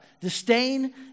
disdain